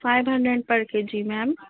five hundred پر K G میم